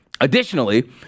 Additionally